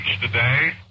today